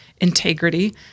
integrity